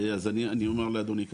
אני אומר לאדוני ככה.